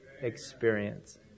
experience